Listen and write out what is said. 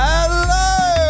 Hello